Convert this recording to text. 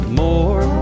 more